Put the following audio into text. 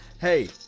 hey